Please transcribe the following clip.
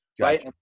right